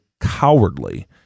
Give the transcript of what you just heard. cowardly